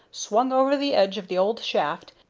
swung over the edge of the old shaft,